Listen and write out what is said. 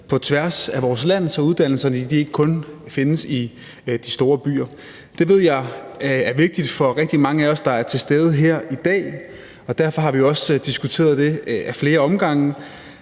på tværs af vores land, så uddannelserne ikke kun findes i de store byer. Det ved jeg er vigtigt for rigtig mange af os, der er til stede her i dag, og derfor har vi også diskuteret det ad flere omgange,